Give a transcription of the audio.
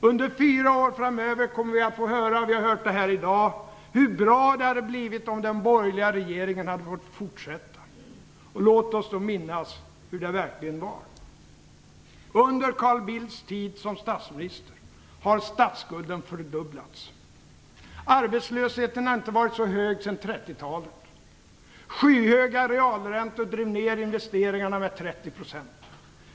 Under fyra år framöver kommer vi att få höra - vi har hört det här i dag - hur bra det hade blivit om den borgerliga regeringen hade fått fortsätta. Låt oss då minnas hur det verkligen var. Under Carl Bildts tid som statsminister har statsskulden fördubblats. Arbetslösheten har inte varit så hög sedan 30-talet. Skyhöga realräntor drog ner investeringarna med 30 %.